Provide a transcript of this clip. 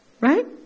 Right